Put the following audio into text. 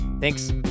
Thanks